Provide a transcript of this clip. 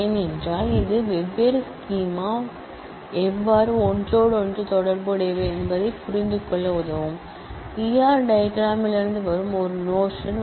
ஏனென்றால் இது வெவ்வேறு ஸ்கீமா எவ்வாறு ஒன்றோடொன்று தொடர்புடையவை என்பதைப் புரிந்துகொள்ள உதவும் ஈ ஆர் டயக்ராம் லிருந்து வரும் ஒரு நோஷன்